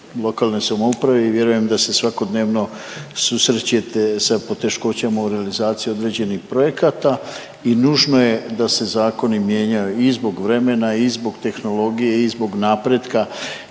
lokalne samouprave i vjerujem da se svakodnevno susrećete sa poteškoćama u realizaciji određenih projekata i nužno je da se zakoni mijenjaju i zbog vremena i zbog tehnologije i zbog napretka.